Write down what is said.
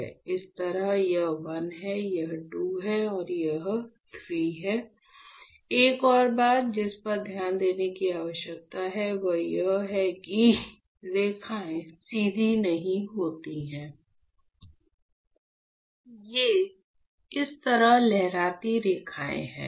यह 1 2 और 3 है इस तरह यह 1 है यह 2 है और यह 3 है एक और बात जिस पर ध्यान देने की आवश्यकता है वह यह है कि रेखाएं सीधी नहीं होती हैं ये इस तरह लहराती रेखाएँ हैं